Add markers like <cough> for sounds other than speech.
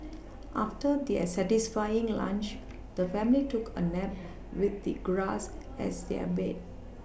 <noise> after their satisfying lunch the family took a nap with the grass as their bed